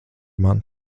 man